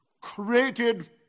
created